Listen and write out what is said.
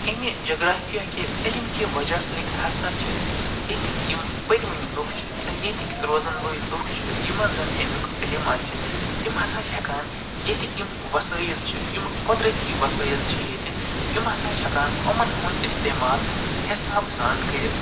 امہِ جگرافِہَکہِ علم کہِ وجہ سۭتۍ ہسا چھِ ییٚتِکۍ یِم پٔروٕنۍ لُکھ چھِ یا ییٚتِکۍ روزن وٲلۍ لُکھ چھِ یِمن زن امُک علِم آسہِ تِم ہسا چہِ ہٮ۪کان ییٚتِک یِم وسٲیِل چھِ یِمہٕ قدرٔتی وسٲیِل چھِ ییٚتہِ یِم ہسا چھِ ہٮ۪کان یِمن ہُنٛد اِستعمال حِسابہٕ سان کٔرِتھ